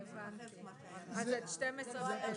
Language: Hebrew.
עורך דין נתן פרלמן, להקריא את הנוסח של